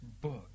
book